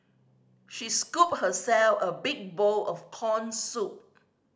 she scooped herself a big bowl of corn soup